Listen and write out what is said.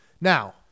Now